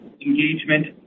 engagement